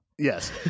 Yes